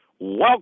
Welcome